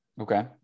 Okay